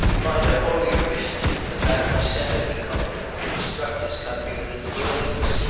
find a holier mission than that which sent him to comfort and instruct his countrymen in the wilderness?